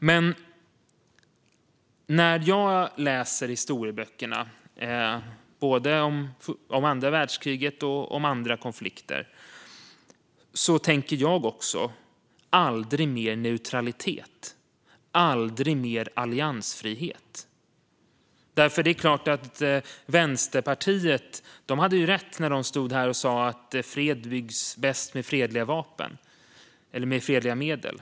Men när jag läser i historieböckerna om både andra världskriget och andra konflikter tänker jag också "aldrig mer neutralitet" och "aldrig mer alliansfrihet". Det är klart att Vänsterpartiet hade rätt när de sa här att fred byggs bäst med fredliga medel.